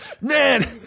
Man